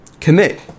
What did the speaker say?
commit